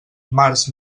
març